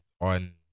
on